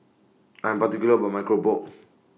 I Am particular about My Keropok